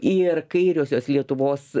ir kairiosios lietuvos